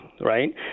right